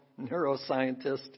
neuroscientist